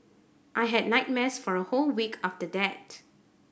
I had nightmares for a whole week after that